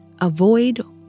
avoid